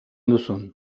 duzun